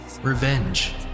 revenge